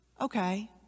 Okay